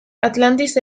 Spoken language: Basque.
atlantis